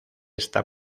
esta